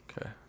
Okay